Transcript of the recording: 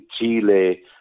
Chile